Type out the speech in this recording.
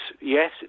yes